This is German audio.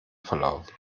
verlaufen